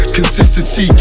Consistency